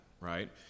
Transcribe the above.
right